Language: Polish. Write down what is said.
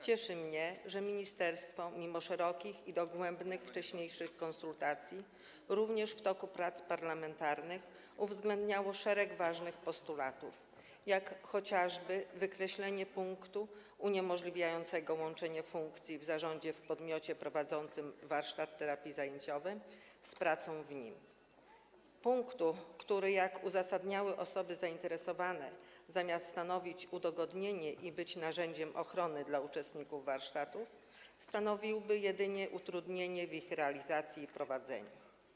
Cieszy mnie, że ministerstwo mimo szerokich i dogłębnych wcześniejszych konsultacji również w toku prac parlamentarnych uwzględniało szereg ważnych postulatów, jak chociażby wykreślenie punktu uniemożliwiającego łączenie funkcji w zarządzie podmiotu prowadzącego warsztat terapii zajęciowej z pracą w nim, punktu, który, jak uzasadniały osoby zainteresowane, zamiast stanowić udogodnienie i być narzędziem ochrony dla uczestników warsztatów, stanowiłby jedynie utrudnienie w ich realizacji i prowadzeniu.